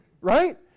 right